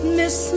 miss